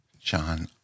John